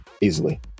easily